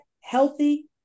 healthy